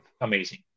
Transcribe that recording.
amazing